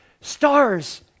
stars